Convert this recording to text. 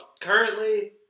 currently